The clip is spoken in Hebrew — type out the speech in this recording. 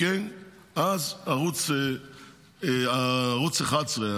אז ערוץ 11,